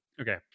Okay